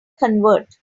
convert